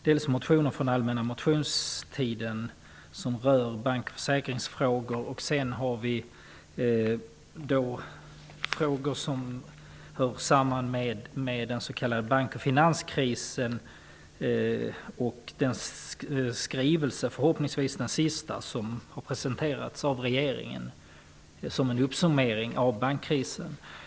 Det är motioner från allmänna motionstiden som rör bank och försäkringsfrågor, det är frågor som hör samman med den s.k. bank och finanskrisen och det är den förhoppningsvis sista skrivelsen från regeringen, en summering av finanskrisen.